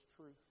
truth